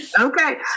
Okay